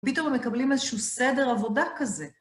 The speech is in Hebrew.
פתאום הם מקבלים איזשהו סדר עבודה כזה.